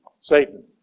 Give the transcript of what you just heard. Satan